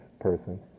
person